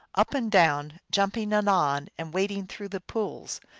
up and down, jumping anon, and wading through the pools.